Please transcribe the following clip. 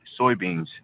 soybeans